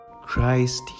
Christ